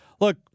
Look